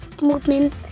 movement